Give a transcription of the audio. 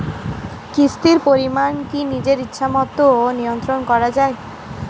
কিস্তির পরিমাণ কি নিজের ইচ্ছামত নিয়ন্ত্রণ করা যায়?